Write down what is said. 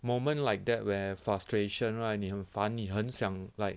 moment like that where frustration right 你很烦你很想 like